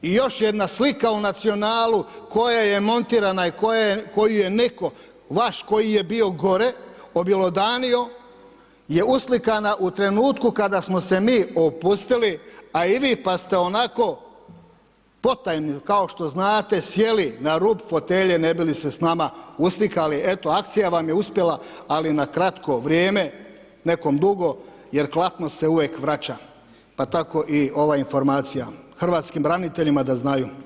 I još jedna slika u Nacionalu koja je montirana i koju je netko vaš koji je bio gore, objelodanio je uslikana u trenutku kada smo se mi opustili a i vi, pa ste onako potajno, kao što znate, sjeli na rub fotelje ne bi li se s nama uslikali, eto akcija vam je uspjela, ali na kratko vrijeme, nekom dugo jer klatno se uvijek vraća, pa tako i ova informacija hrvatskim braniteljima da znaju.